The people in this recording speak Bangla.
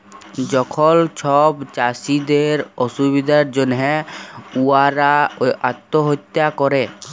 যখল ছব চাষীদের অসুবিধার জ্যনহে উয়ারা আত্যহত্যা ক্যরে